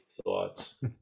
thoughts